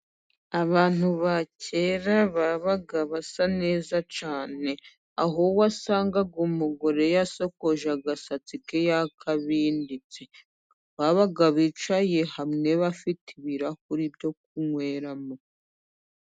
Abantu ba kera babaga basa neza cyane. Aho wasangaga umugore yasokoje agasatsi ke yakabinditse. Babaga bicaye hamwe, bafite ibirahuri byo kunyweramo.